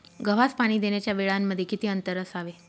गव्हास पाणी देण्याच्या वेळांमध्ये किती अंतर असावे?